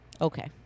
Okay